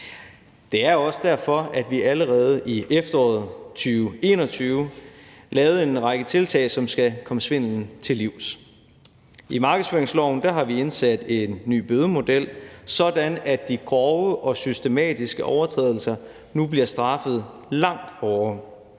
Det er også derfor, at vi allerede i efteråret 2021 har lavet en række tiltag, som skal komme svindelen til livs. I markedsføringsloven har vi indsat en ny bødemodel, sådan at de grove og systematiske overtrædelser nu bliver straffet langt hårdere,